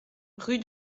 rue